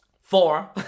four